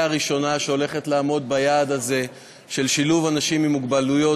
הראשונה שהולכת לעמוד ביעד הזה של שילוב אנשים עם מוגבלויות,